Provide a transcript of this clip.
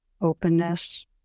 openness